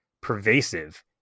pervasive